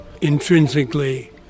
intrinsically